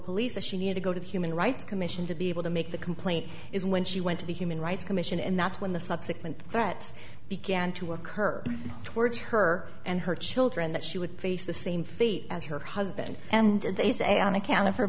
police that she had to go to the human rights commission to be able to make the complaint is when she went to the human rights commission and that's when the subsequent threats began to occur towards her and her children that she would face the same fate as her husband and they say on account of her